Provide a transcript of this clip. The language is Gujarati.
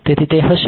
તેથી તે હશે